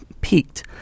peaked